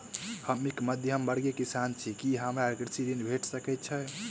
हम एक मध्यमवर्गीय किसान छी, की हमरा कृषि ऋण भेट सकय छई?